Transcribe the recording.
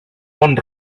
bon